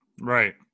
Right